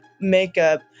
makeup